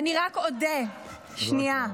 אני רק אודה, שנייה.